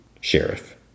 sheriff